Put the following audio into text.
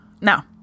now